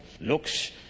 looks